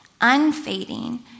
unfading